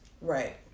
right